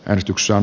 äänestyksen